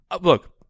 Look